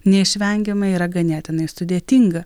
neišvengiamai yra ganėtinai sudėtinga